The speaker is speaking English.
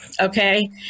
Okay